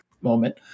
moment